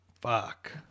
Fuck